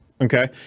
Okay